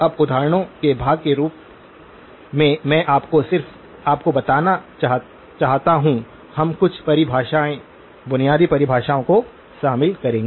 अब उदाहरणों के भाग के रूप में मैं आपको सिर्फ आपको बताना चाहता हूं हम कुछ परिभाषाओं बुनियादी परिभाषाओं को शामिल करेंगे